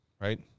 Right